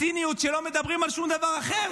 הציניות שבה לא מדברים על שום דבר אחר,